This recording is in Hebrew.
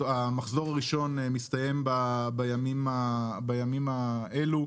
המחזור הראשון מסתיים בימים האלה,